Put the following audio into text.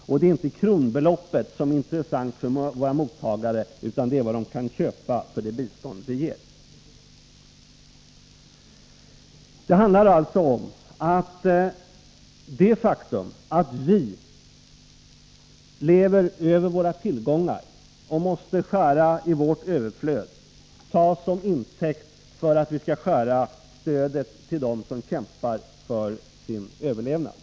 Det är ju inte kronbeloppet som är intressant för våra mottagare utan vad de kan köpa för det bistånd som vi ger. Att vi lever över våra tillgångar och måste skära i vårt överflöd tas som intäkt för att vi skall skära ned stödet till dem som kämpar för sin överlevnad.